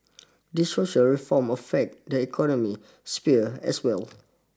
these social reforms affect the economic sphere as well